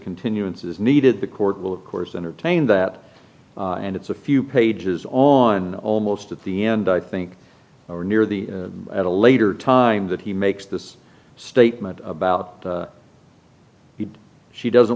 continuance is needed the court will of course entertain that and it's a few pages on almost at the end i think or near the at a later time that he makes this statement about she doesn't